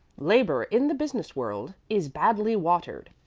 labor in the business world is badly watered.